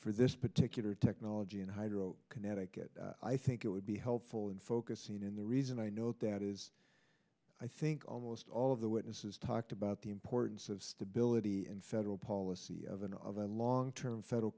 for this particular technology and hydro connecticut i think it would be helpful in focusing in the reason i note that is i think almost all of the witnesses talked about the importance of stability in federal policy of an of a long term federal